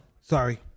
Sorry